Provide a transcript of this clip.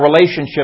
relationship